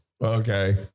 Okay